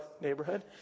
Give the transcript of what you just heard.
neighborhood